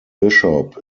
bishop